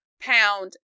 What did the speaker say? pound